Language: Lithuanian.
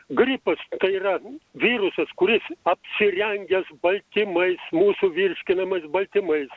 gripas tai yra virusas kuris apsirengęs baltymais mūsų virškinamais baltymais